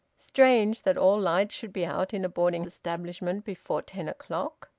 strange, that all lights should be out in a boarding establishment before ten o'clock!